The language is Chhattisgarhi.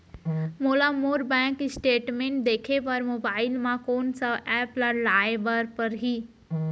मोला मोर बैंक स्टेटमेंट देखे बर मोबाइल मा कोन सा एप ला लाए बर परही?